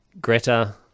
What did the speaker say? Greta